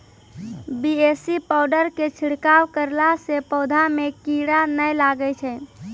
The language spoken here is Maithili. बी.ए.सी पाउडर के छिड़काव करला से पौधा मे कीड़ा नैय लागै छै?